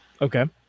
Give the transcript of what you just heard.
Okay